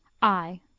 i